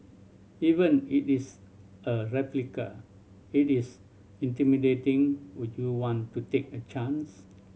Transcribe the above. even if it is a replica if it is intimidating would you want to take a chance